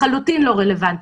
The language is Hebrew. לחלוטין לא רלוונטי.